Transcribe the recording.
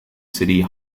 city